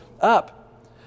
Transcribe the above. up